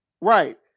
Right